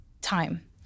time